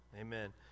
Amen